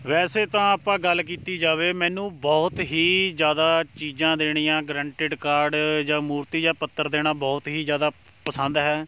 ਵੈਸੇ ਤਾਂ ਆਪਾਂ ਗੱਲ ਕੀਤੀ ਜਾਵੇ ਮੈਨੂੰ ਬਹੁਤ ਹੀ ਜ਼ਿਆਦਾ ਚੀਜ਼ਾਂ ਦੇਣੀਆਂ ਗਰਾਂਟਿਡ ਕਾਰਡ ਜਾਂ ਮੂਰਤੀ ਜਾਂ ਪੱਤਰ ਦੇਣਾ ਬਹੁਤ ਹੀ ਜ਼ਿਆਦਾ ਪਸੰਦ ਹੈ